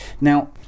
Now